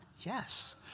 Yes